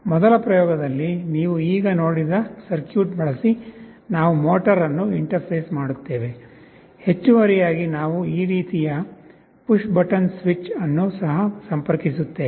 ಮೊದಲ ಪ್ರಯೋಗದಲ್ಲಿ ನೀವು ಈಗ ನೋಡಿದ ಸರ್ಕ್ಯೂಟ್ ಬಳಸಿ ನಾವು ಮೋಟರ್ ಅನ್ನು ಇಂಟರ್ಫೇಸ್ ಮಾಡುತ್ತೇವೆ ಹೆಚ್ಚುವರಿಯಾಗಿ ನಾವು ಈ ರೀತಿಯ ಪುಶ್ ಬಟನ್ ಸ್ವಿಚ್ ಅನ್ನು ಸಹ ಸಂಪರ್ಕಿಸುತ್ತೇವೆ